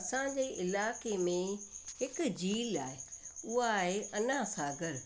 असांजे इलाइक़े में हिकु झील आहे उहा आहे अनासागर